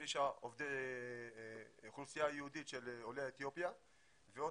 26 אוכלוסייה יהודית של עולי אתיופיה ועוד